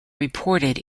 reported